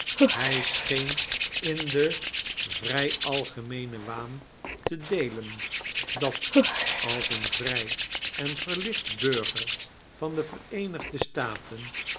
hij scheen in den vrij algemeenen waan te deelen dat als een vrij en verlicht burger van de vereenigde staten